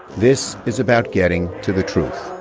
this is about getting to the truth,